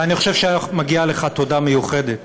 ואני חושב שמגיעה לך תודה מיוחדת